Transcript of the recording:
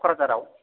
क'कराझाराव